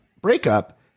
breakup